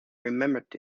remembered